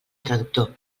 traductor